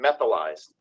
methylized